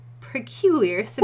peculiar